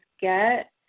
get